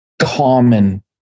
common